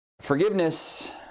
Forgiveness